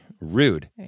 Rude